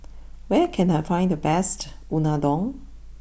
where can I find the best Unadon